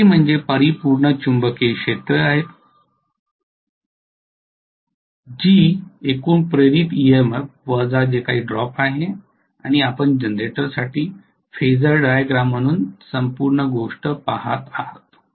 Vt म्हणजे परिपूर्ण चुंबकीय क्षेत्रे आहेत जी एकूण इंड्यूज्ड ईएमएफ वजा जे काही ड्रॉप आहे आणि आपण जनरेटरसाठी फेजर डायग्राम म्हणून संपूर्ण गोष्ट पहात आहात